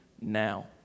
now